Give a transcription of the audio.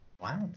Wow